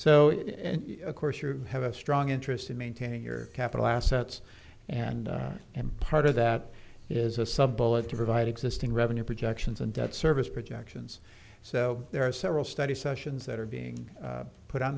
so of course you have a strong interest in maintaining your capital assets and and part of that is a sub bola to provide existing revenue projections and debt service projections so there are several study sessions that are being put on